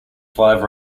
five